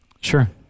Sure